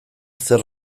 zer